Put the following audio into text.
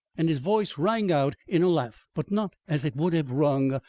and his voice rang out in a laugh, but not as it would have rung,